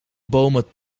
bomen